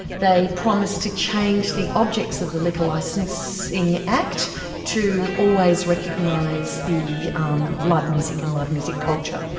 they promised to change the objects of the liquor licensing act to always recognise the um live music and live music culture.